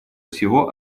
всего